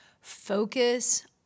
focus